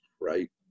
right